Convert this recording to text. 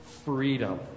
freedom